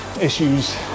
issues